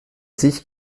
sich